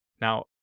Now